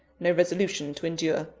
no resolution to endure.